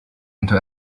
into